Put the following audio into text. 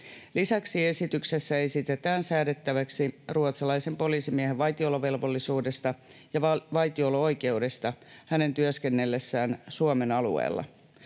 Lisäksi esityksessä esitetään säädettäväksi ruotsalaisen poliisimiehen vaitiolovelvollisuudesta ja vaitiolo-oikeudesta hänen työskennellessään Suomen alueella.